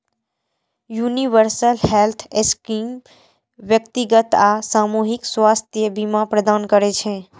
universal health scheme व्यक्तिगत आ सामूहिक स्वास्थ्य बीमा प्रदान करै छै